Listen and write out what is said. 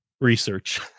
research